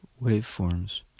waveforms